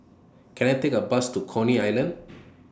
Can I Take A Bus to Coney Island